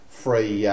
free